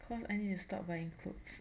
cause I need to stop buying clothes